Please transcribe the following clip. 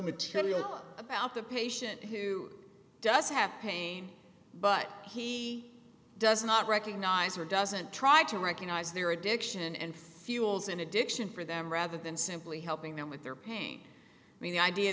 material about the patient who does have pain but he does not recognize or doesn't try to recognize their addiction and fuels an addiction for them rather than simply helping them with their pain i mean the idea